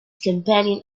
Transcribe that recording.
companion